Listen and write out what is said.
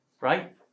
right